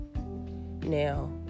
Now